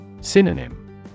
Synonym